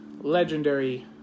legendary